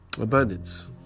abundance